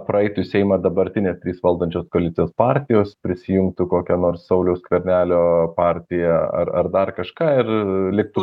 praeitų į seimą dabartinės trys valdančios koalicijos partijos prisijungtų kokio nors sauliaus skvernelio partija ar ar dar kažką ir liktų